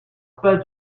pas